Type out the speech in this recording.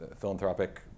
philanthropic